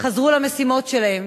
חזרו למשימות שלהם,